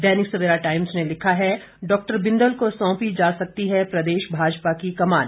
दैनिक Savera times ने लिखा है डा बिंदल को सौंपी जा सकती है प्रदेश भाजपा की कमान